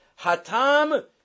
Hatam